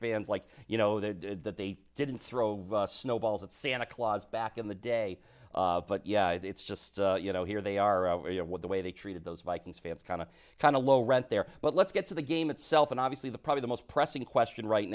fans like you know they did that they didn't throw snowballs at santa claus back in the day but yeah it's just you know here they are you know with the way they treated those vikings fans kind of kind of low rent there but let's get to the game itself and obviously the probably the most pressing question right